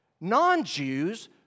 non-Jews